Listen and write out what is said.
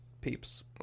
peeps